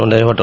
નોધાયો હતો